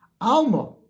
Alma